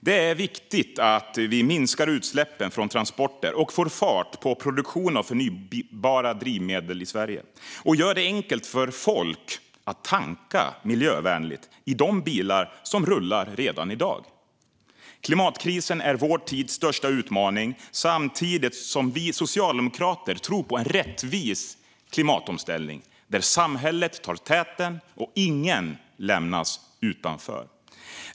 Det är viktigt att vi minskar utsläppen från transporter, får fart på produktionen av förnybara drivmedel i Sverige och gör det enkelt för folk att tanka miljövänligt i de bilar som rullar redan i dag. Klimatkrisen är vår tids största utmaning. Samtidigt tror vi socialdemokrater på en rättvis klimatomställning där samhället tar täten och ingen lämnas utanför.